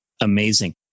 Amazing